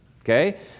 Okay